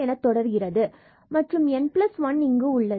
என தொடர்கிறது மற்றும் n1 இங்கு உள்ளது